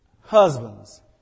Husbands